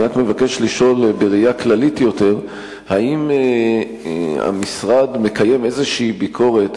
אני רק מבקש לשאול בראייה כללית יותר: האם המשרד מקיים איזו ביקורת,